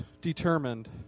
determined